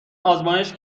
آزمایش